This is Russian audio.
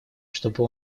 чтобы